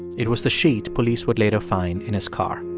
it was the sheet police would later find in his car